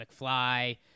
McFly